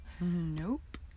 nope